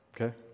okay